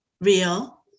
real